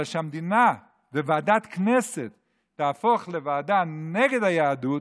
אבל שבמדינה ועדת כנסת תהפוך לוועדה נגד היהדות,